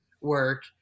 work